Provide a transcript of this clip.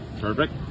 Perfect